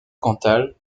cantal